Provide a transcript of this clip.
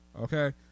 Okay